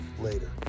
later